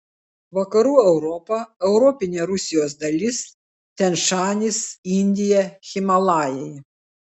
vakarų europa europinė rusijos dalis tian šanis indija himalajai